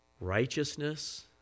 righteousness